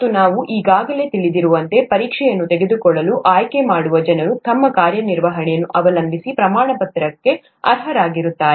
ಮತ್ತು ನೀವು ಈಗಾಗಲೇ ತಿಳಿದಿರುವಂತೆ ಪರೀಕ್ಷೆಯನ್ನು ತೆಗೆದುಕೊಳ್ಳಲು ಆಯ್ಕೆ ಮಾಡುವ ಜನರು ತಮ್ಮ ಕಾರ್ಯ ನಿರ್ವಹಣೆ ಅನ್ನು ಅವಲಂಬಿಸಿ ಪ್ರಮಾಣಪತ್ರಕ್ಕೆ ಅರ್ಹರಾಗಿರುತ್ತಾರೆ